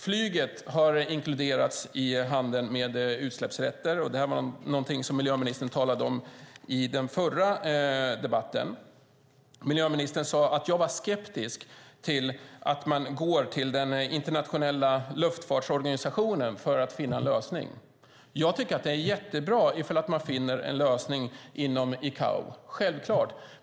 Flyget har inkluderats i handeln med utsläppsrätter. Det talade miljöministern om i den förra debatten. Miljöministern sade att jag var skeptisk till att man går till den internationella luftfartsorganisationen för att finna en lösning. Jag tycker att det är jättebra om man finner en lösning inom ICAO.